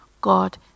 God